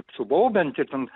subaubiant ir ten